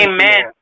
Amen